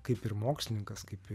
kaip ir mokslininkas kaip